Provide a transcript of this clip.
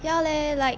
ya leh like